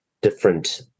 different